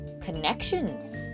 connections